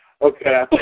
Okay